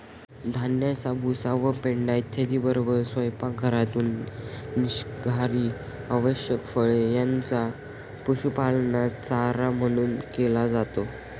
धान्याचा भुसा व पेंढा इत्यादींबरोबरच स्वयंपाकघरातून निघणारी अवशिष्ट फळे यांचा पशुपालनात चारा म्हणून केला जातो